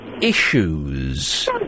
issues